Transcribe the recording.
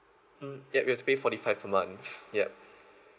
mm yup you have to pay forty five per month yup